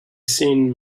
seen